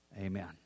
amen